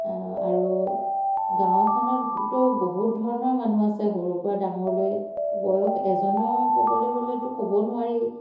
আৰু গাঁওখনতো বহুত ধৰণৰ মানুহ আছে সৰুৰপৰা ডাঙৰলৈ বয়স এজনৰ ক'বলৈ গ'লেতো ক'ব নোৱাৰি